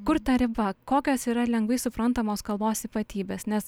kur ta riba kokios yra lengvai suprantamos kalbos ypatybės nes